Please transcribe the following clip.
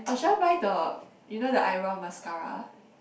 or should I buy the you know the eyebrow mascara